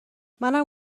منم